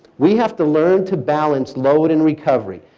we have to learn to balance load and recovery.